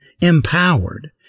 empowered